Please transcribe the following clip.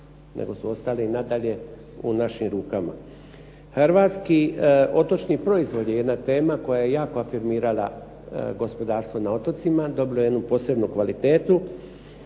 nego su ostali nadalje u našim rukama. Hrvatski otočni proizvodi, jedna tema koja je jako afirmirala gospodarstvo na otocima dobilo je jednu posebnu kvalitetu.